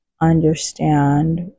understand